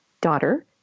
daughter